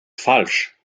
falsch